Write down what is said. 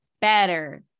better